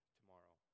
tomorrow